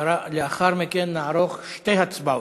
לאחר מכן נערוך שתי הצבעות,